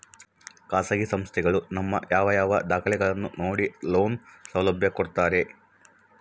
ಖಾಸಗಿ ಸಂಸ್ಥೆಗಳು ನಮ್ಮ ಯಾವ ಯಾವ ದಾಖಲೆಗಳನ್ನು ನೋಡಿ ಲೋನ್ ಸೌಲಭ್ಯ ಕೊಡ್ತಾರೆ?